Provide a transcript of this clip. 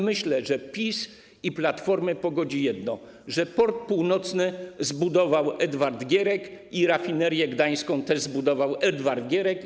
Myślę, że PiS i Platformę pogodzi jedno: to, że Port Północny zbudował Edward Gierek i Rafinerię Gdańską też zbudował Edward Gierek.